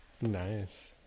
Nice